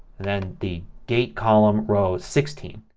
then the date column row sixteen.